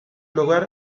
lugar